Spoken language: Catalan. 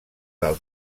del